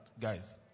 guys